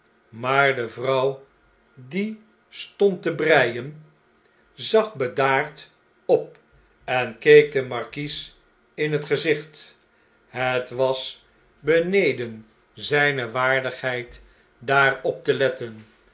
maar de vrouw die stond te breien zag bedaard op en keek den markies in het gezicht het was beneden zijne waardigheid daarop te letten